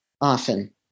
often